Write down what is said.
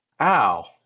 ow